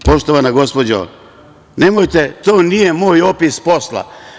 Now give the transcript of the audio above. Poštovana gospođo, nemojte, to nije moj opis posla.